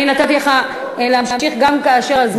גם לשאול אסור?